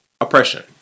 oppression